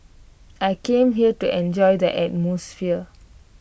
I came here to enjoy the atmosphere